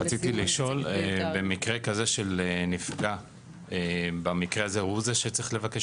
רציתי לשאול: במקרה כזה של נפגע הוא זה שצריך לבקש